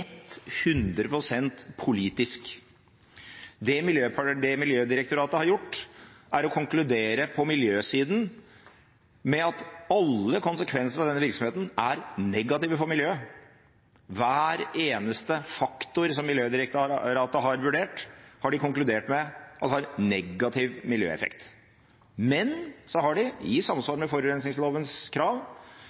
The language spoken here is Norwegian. politisk. Det Miljødirektoratet har gjort, er å konkludere på miljøsiden med at alle konsekvenser av denne virksomheten er negative for miljøet. Hver eneste faktor som Miljødirektoratet har vurdert, har de konkludert med at har negativ miljøeffekt. Men så har de, i samsvar med forurensningslovens krav,